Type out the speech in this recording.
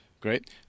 Great